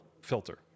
filter